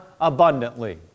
abundantly